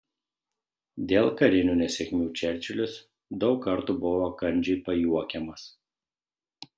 dėl karinių nesėkmių čerčilis daug kartų buvo kandžiai pajuokiamas